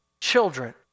children